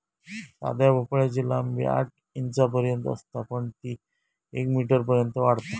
साध्या भोपळ्याची लांबी आठ इंचांपर्यंत असता पण ती येक मीटरपर्यंत वाढता